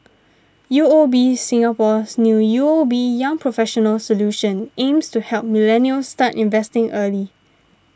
U O B Singapore's new U O B Young Professionals Solution aims to help millennials start investing early